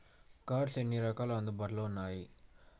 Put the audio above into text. Cards ఎన్ని రకాలు అందుబాటులో ఉన్నయి?